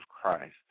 Christ